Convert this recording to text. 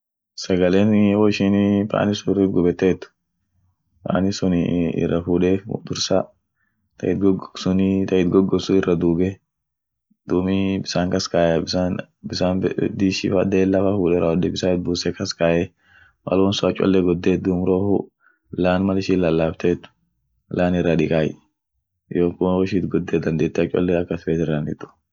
Sagalenii woishini pani sun irrit gubetet, pani sunii ira fude dursa ta it godgod sunii, ta it godgod sun irra duuge, duumi bissan kas kayay bissan bissan be're dishi fa della fa fuude rawode bissan it buuse kaskae, mal won sun akcholle goddet duum rofu laan mal ishin lallaftet laan irra dikay, yonkun woishin it godeet dandeete ak cholle ak at feet irra hin dittu.